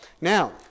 Now